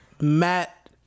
Matt